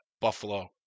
Buffalo